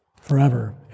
forever